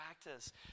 practice